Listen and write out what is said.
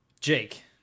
Jake